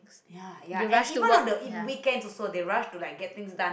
ya ya and even on the ev~ weekend also they rush to like getting done